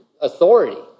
authority